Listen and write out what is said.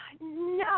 no